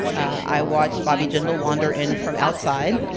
i watched bobby jindal wander in from outside.